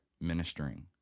ministering